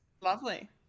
Lovely